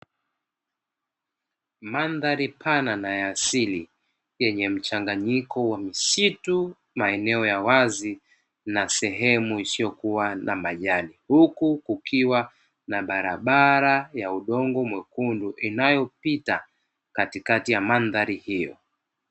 Mandhari pana na ya asili yenye mchanganyiko wa msitu, maeneo ya wazi na sehemu isiyokuwa na majani, huku kukiwa na barabara ya udongo mwekundu inayopita katikati ya mandhari hiyo.